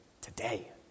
today